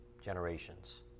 generations